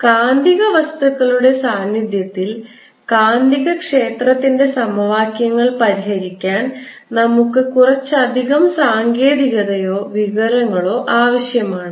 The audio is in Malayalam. അതിനാൽ കാന്തിക വസ്തുക്കളുടെ സാന്നിധ്യത്തിൽ കാന്തികക്ഷേത്രത്തിൻറെ സമവാക്യങ്ങൾ പരിഹരിക്കാൻ നമുക്ക് കുറച്ചധികം സാങ്കേതികതയോ വിവരങ്ങളോ ആവശ്യമാണ്